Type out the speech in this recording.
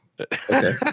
okay